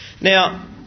Now